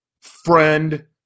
friend